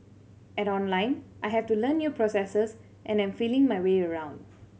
at Online I have to learn new processes and am feeling my way around